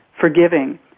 forgiving